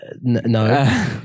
No